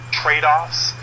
trade-offs